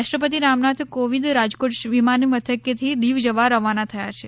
રાષ્ટ્રપતિ રામનાથકોવિંદ રાજકોટ વિમાની મથકેથી દિવ જવા રવાના થયા છે